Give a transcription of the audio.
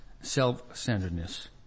self-centeredness